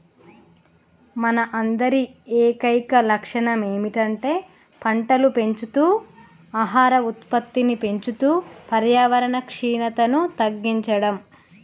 మన అందరి ఏకైక లక్షణం ఏమిటంటే పంటలు పెంచుతూ ఆహార ఉత్పత్తిని పెంచుతూ పర్యావరణ క్షీణతను తగ్గించడం